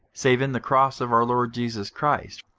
save in the cross of our lord jesus christ,